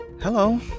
Hello